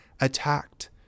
attacked